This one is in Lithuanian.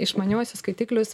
išmaniuosius skaitiklius